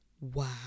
wow